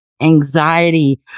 anxiety